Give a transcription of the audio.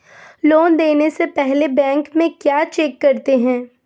Loan देने से पहले बैंक में क्या चेक करते हैं?